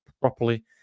properly